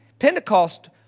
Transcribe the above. Pentecost